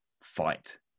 fight